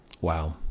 Wow